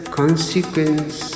consequence